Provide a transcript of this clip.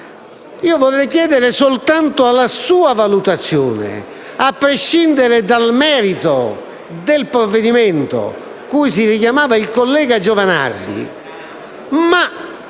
Vorrei chiedere soltanto la sua valutazione, a prescindere dal merito del provvedimento cui si richiamava il collega Giovanardi,